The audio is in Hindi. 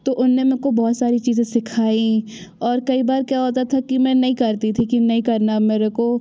तो उन्होंने मुझको बहुत सारी चीज़ें सिखाईं और कई बार क्या होता था कि मैं नहीं करती थी कि नहीं करना अब मुझको